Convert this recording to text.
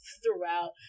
throughout